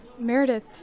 Meredith